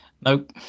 Nope